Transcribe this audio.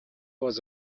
was